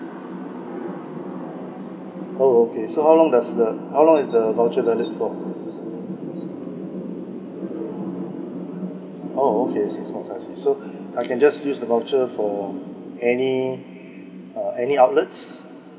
oh okay so how long does the how long is the voucher valid for oh okay six months I see so I can just use the voucher for any uh any outlets